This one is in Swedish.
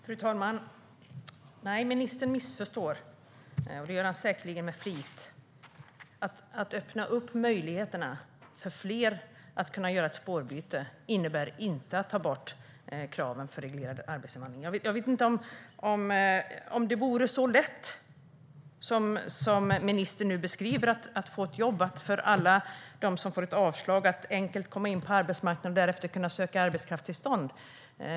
Fru talman! Nej, ministern missförstår mig, och det gör han säkerligen med flit. Att öppna möjligheterna för fler att göra ett spårbyte innebär inte att ta bort kraven på reglerad arbetsinvandring. Om det ändå vore så lätt som ministern beskriver det för dem som får avslag att enkelt komma in på arbetsmarknaden och därefter söka arbetskraftstillstånd.